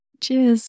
Cheers